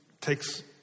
takes